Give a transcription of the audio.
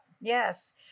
Yes